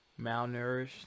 malnourished